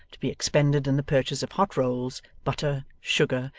to be expended in the purchase of hot rolls, butter, sugar,